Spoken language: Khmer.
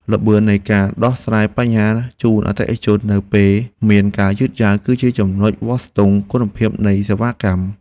ល្បឿននៃការដោះស្រាយបញ្ហាជូនអតិថិជននៅពេលមានការយឺតយ៉ាវ គឺជាចំណុចវាស់ស្ទង់គុណភាពនៃសេវាកម្ម។